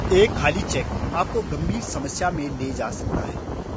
एक खाली चेक आपको गंभीर समस्या में ले जा सकता है